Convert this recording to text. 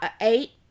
eight